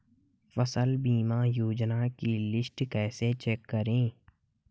फसल बीमा योजना की लिस्ट कैसे चेक करें?